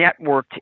networked